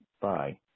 Bye